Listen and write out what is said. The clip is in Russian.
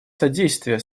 содействие